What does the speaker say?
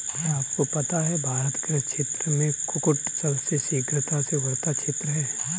क्या आपको पता है भारत कृषि क्षेत्र में कुक्कुट सबसे शीघ्रता से उभरता क्षेत्र है?